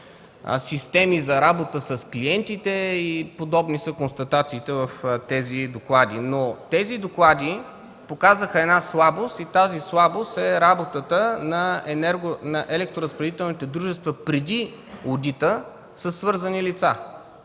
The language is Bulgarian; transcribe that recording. системи за работа с клиентите. Подобни са констатациите в тези доклади. Но тези доклади показаха една слабост и тази слабост е работата на електроразпределителните дружества преди одита със свързани лица.